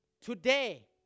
Today